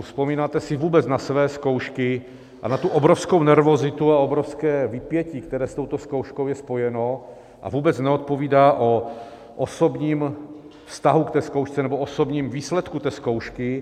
Vzpomínáte se vůbec na své zkoušky a na tu obrovskou nervozitu a obrovské vypětí, které s touto zkouškou je spojeno a vůbec nevypovídá o osobním vztahu k té zkoušce nebo osobním výsledku té zkoušky?